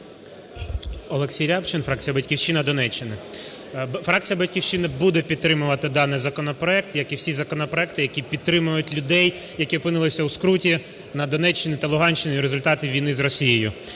Олексій Рябчин, фракція "Батьківщина", Донеччина. Фракція "Батьківщина" буде підтримувати даний законопроект, як і всі законопроекти, які підтримують людей, які опинилися у скруті на Донеччині та Луганщині в результаті війни з Росією.